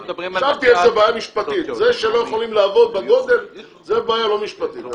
חשבתי איך זה בעיה משפטית - זה שלא יכולים --- זו בעיה לא משפטית.